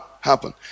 happen